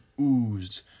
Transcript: oozed